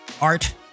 art